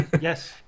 yes